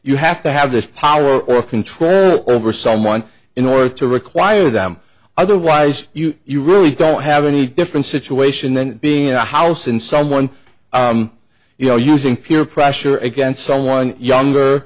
you have to have this power or control over someone in order to require them otherwise you really don't have any different situation than being in a house and someone you know using peer pressure against someone younger